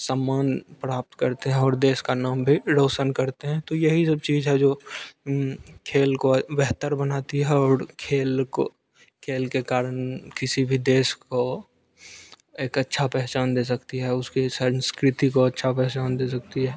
सम्मान प्राप्त करते हैं और देश का नाम भी रौशन करते हैं तो यही सब चीज़ है जो खेल को बेहतर बनाती है खेल को खेल के कारण किसी भी देश को एक अच्छा पहचान दे सकती है उसकी संस्कृति को अच्छा पहचान दे सकती है